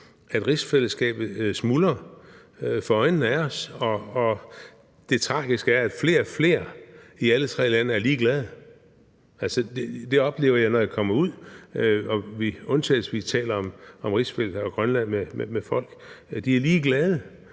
at rigsfællesskabet smuldrer for øjnene af os, og det tragiske er, at flere og flere i alle tre lande er ligeglade. Det oplever jeg, når jeg kommer ud og vi undtagelsesvis taler om rigsfællesskabet og Grønland med folk. De er ligeglade,